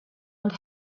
und